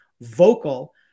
vocal